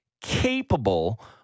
capable